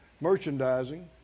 merchandising